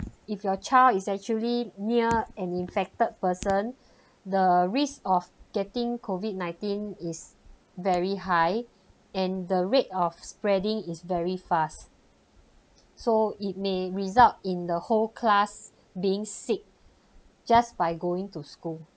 if your child is actually near an infected person the risk of getting COVID nineteen is very high and the rate of spreading is very fast so it may result in the whole class being sick just by going to school